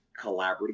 collaborative